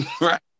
right